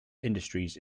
industries